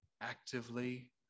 actively